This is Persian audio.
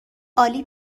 عالی